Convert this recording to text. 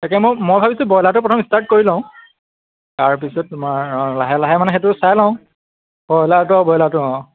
তাকে মই মই ভাবিছোঁ ব্ৰইলাৰটো প্ৰথম ষ্টাৰ্ট কৰি লওঁ তাৰপিছত তোমাৰ অঁ লাহে লাহে মানে সেইটো চাই লওঁ ব্ৰইলাৰটো ব্ৰইলাৰটো অঁ